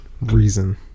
Reason